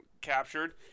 captured